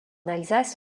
alsace